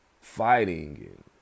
fighting